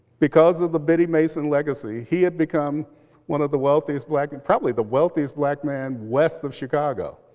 because of the biddy' mason legacy, he had become one of the wealthiest black, and probably the wealthiest black man west of chicago.